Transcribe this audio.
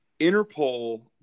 Interpol